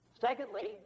Secondly